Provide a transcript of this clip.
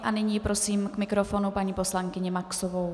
A nyní prosím k mikrofonu paní poslankyni Maxovou.